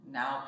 now